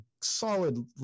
solid